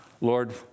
Lord